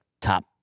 top